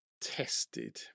tested